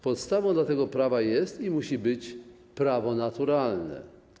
Podstawą tego prawa jest i musi być prawo naturalne.